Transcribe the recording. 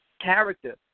character